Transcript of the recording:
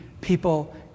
people